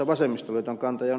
on hyvä että ed